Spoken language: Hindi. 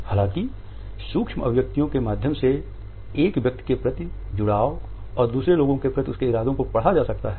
हालाँकि सूक्ष्म अभिव्यक्तियों के माध्यम से एक व्यक्ति के प्रति जुड़ाव और दूसरे लोगों के प्रति उसके इरादों को पढा सकता है